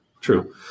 true